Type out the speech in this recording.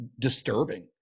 disturbing